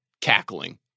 cackling